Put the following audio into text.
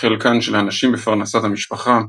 חלקן של הנשים בפרנסת המשפחה,